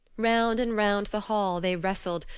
round and round the hall they wrestled,